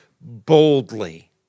boldly